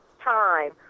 time